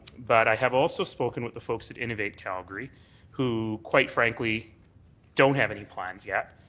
but i have also spoken with the folks at innovate calgary who quite frankly don't have any plans yet.